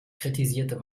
kritisierte